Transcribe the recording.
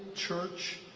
church,